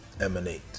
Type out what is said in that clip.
emanate